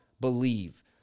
believe